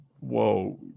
Whoa